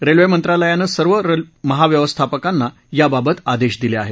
रेल्वेमंत्रालयानं सर्व महाव्यवस्थापकांना याबाबतचे आदेश दिले आहेत